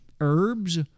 herbs